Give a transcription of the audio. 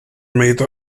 made